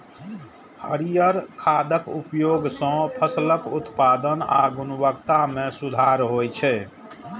हरियर खादक उपयोग सं फसलक उत्पादन आ गुणवत्ता मे सुधार होइ छै